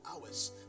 hours